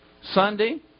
Sunday